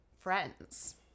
friends